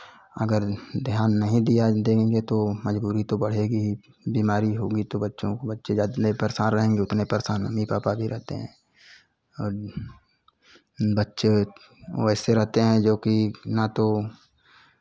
अगर ध्यान नहीं दिया देंगे तो बीमारी तो बढ़ेगी ही बीमारी होगी तो बच्चों को बच्चे जब तलक परेशान रहेंगे उतने परेशान मम्मी पापा भी रहते है और बच्चे वैसे रहते हैं जोकि ना तो